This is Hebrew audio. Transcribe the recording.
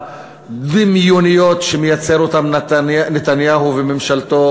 על-ידי ניתוק הדבר הזה ואי-חתירה לצדק המושלם,